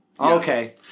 Okay